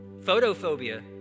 Photophobia